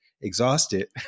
exhausted